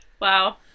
Wow